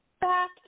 Back